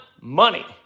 money